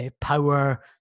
power